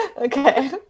okay